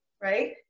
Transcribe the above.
right